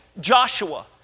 Joshua